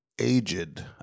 Aged